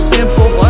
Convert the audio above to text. Simple